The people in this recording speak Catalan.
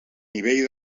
nivell